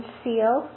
seal